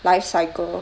life cycle